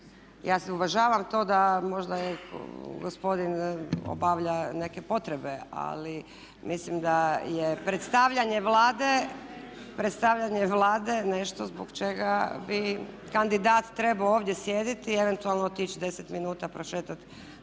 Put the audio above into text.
Ja uvažavam to da možda gospodin obavlja neke potrebe, ali mislim da je predstavljanje Vlade nešto zbog čega bi kandidat trebao ovdje sjediti i eventualno otići 10 minuta prošetati